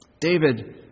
David